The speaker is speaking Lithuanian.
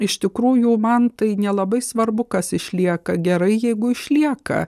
iš tikrųjų man tai nelabai svarbu kas išlieka gerai jeigu išlieka